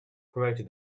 promoted